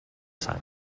sang